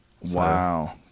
Wow